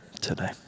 today